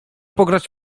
pograć